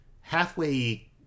halfway